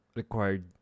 required